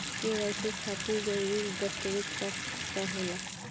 KYC खातिर जरूरी दस्तावेज का का होला?